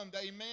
amen